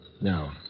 no